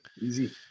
easy